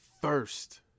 first